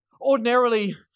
ordinarily